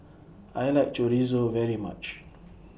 I like Chorizo very much